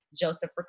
Joseph